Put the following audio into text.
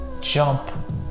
jump